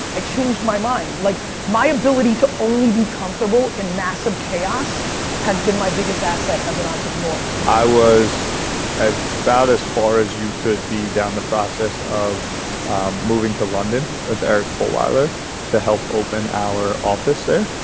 i changed my mind. like my ability to only be comfortable in massive chaos has been my biggest asset as an entrepreneur. i was as bout as far as you could be down the process of moving to london with eric fulwiler to help open our office there.